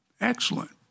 Excellent